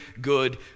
good